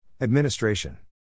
Administration